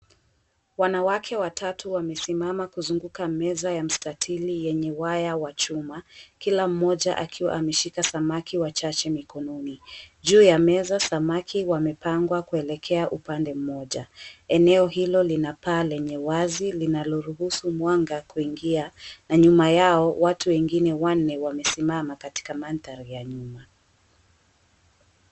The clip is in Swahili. Wanawake watatu wamesimama kuzunguka meza ya mstatili yenye waya wa chuma, kila mmoja akiwa ameshika samaki wachache mikononi. Jyuu ya meza samaki wamepangwa kuelekea upande mmoja. Eneo hilo lina paa lenye wazi linaloruhusu mwanga kuingia, na nyuma yao watu wengine wanne wamesimama katika mandhari ya nyuma.